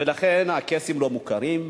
ולכן הקייסים לא מוכרים.